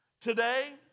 today